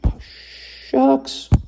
Shucks